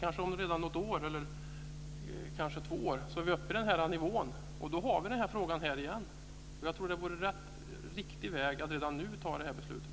Kanske om redan ett eller två år är vi uppe i denna nivå, och då kommer den här frågan hit igen. Jag tror att det vore en riktig väg att gå att redan nu fatta det här beslutet.